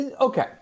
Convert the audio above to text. okay